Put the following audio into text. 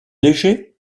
léger